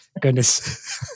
goodness